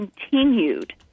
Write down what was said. continued